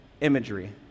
imagery